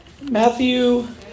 Matthew